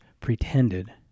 pretended